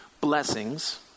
Blessings